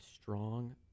strong